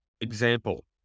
Example